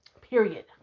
Period